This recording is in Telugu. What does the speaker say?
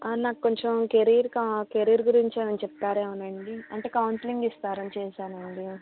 నాకు కొంచెం కెరీర్ క కెరీర్ గురించి ఏమన్నా చెప్తారా అండి అంటే కౌన్సిలింగ్ ఇస్తారని చేసానండి